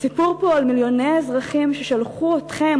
הסיפור פה הוא על מיליוני האזרחים ששלחו אתכם,